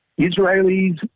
Israelis